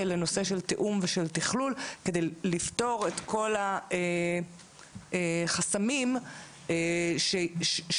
לתיאום ותכלול כדי לפתור את כל החסמים שיש,